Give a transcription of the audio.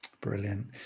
brilliant